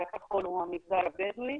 רואים